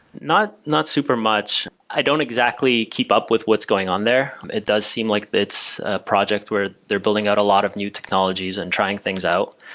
not not super much. i don't exactly keep up with what's going on there. it does seem like it's a project where they're building out a lot of new technologies and trying things out.